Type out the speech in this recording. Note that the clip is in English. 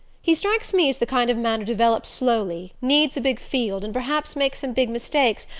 he strikes me as the kind of man who develops slowly, needs a big field, and perhaps makes some big mistakes,